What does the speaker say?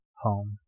home